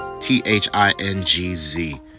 t-h-i-n-g-z